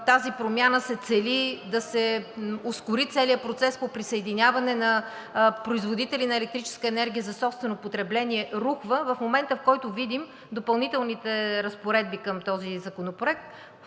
тази промяна се цели да се ускори целият процес по присъединяване на производители на електрическа енергия за собствено потребление, рухва в момента, в който видим Допълнителните разпоредби към този законопроект,